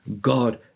God